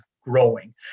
growing